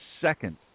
second